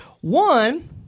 one